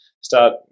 start